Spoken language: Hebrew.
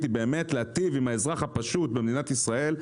היא להיטיב עם האזרח הפשוט במדינת ישראל,